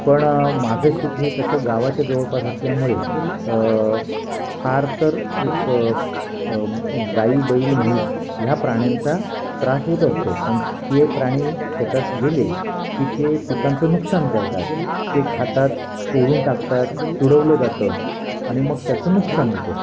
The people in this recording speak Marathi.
पण माझं शेत हे तसं गावाच्या जवळपास असल्यामुळे फारतर एक गायी बैल म्हैस ह्या प्राण्यांचा त्रास होत असतो पण ते प्राणी शेतात गेले की ते पिकांचं नुकसान करतात ते खातात तोडून टाकतात तुडवलं जातं आणि मग त्याचं नुकसान होतं